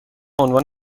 عنوان